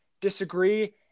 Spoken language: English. disagree